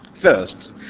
First